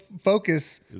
focus